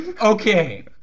Okay